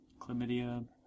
Chlamydia